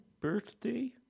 birthday